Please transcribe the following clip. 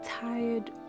tired